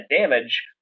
damage